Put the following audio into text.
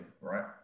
right